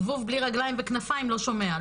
זבוב בלי רגליים וכנפיים לא שומע.